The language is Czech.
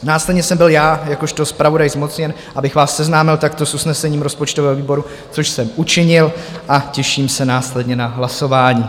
Následně jsem byl já jakožto zpravodaj zmocněn, abych vás seznámil takto s usnesením rozpočtového výboru, což jsem učinil, a těším se následně na hlasování.